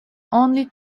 only